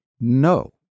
No